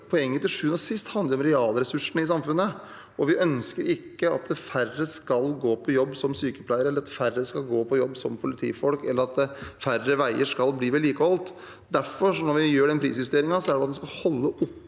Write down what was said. for til sjuende og sist handler det om realressursene i samfunnet. Vi ønsker ikke at færre skal gå på jobb som sykepleier, eller at færre skal gå på jobb som politifolk, eller at færre veier skal bli vedlikeholdt. Derfor: Når vi gjør den prisjusteringen, er det fordi en skal holde oppe